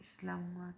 Islamabad